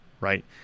right